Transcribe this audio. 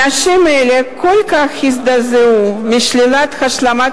אנשים אלה כל כך הזדעזעו משלילת השלמת